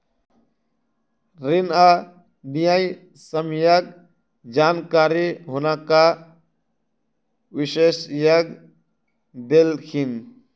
ऋण आ न्यायसम्यक जानकारी हुनका विशेषज्ञ देलखिन